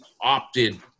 opted